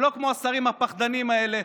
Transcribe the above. ולא כמו השרים הפחדנים האלה,